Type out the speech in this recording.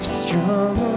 strong